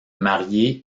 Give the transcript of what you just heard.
marié